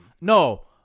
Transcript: No